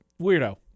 weirdo